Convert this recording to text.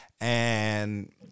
and-